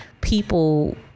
people